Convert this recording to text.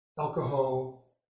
Alcohol